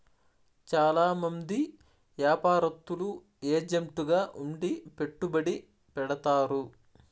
చాలా మంది యాపారత్తులు ఏజెంట్ గా ఉండి పెట్టుబడి పెడతారు